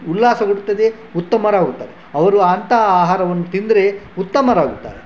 ಉಲ್ಲಾಸ ಹುಟ್ತದೆ ಉತ್ತಮರಾಗುತ್ತಾರೆ ಅವರು ಅಂತಹ ಆಹಾರವನ್ನು ತಿಂದರೆ ಉತ್ತಮರಾಗುತ್ತಾರೆ